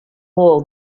wool